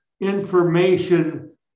information